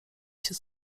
się